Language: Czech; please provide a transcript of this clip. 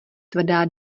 tvrdá